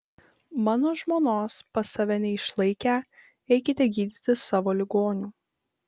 mano žmonos pas save neišlaikę eikite gydyti savo ligonių